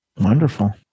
Wonderful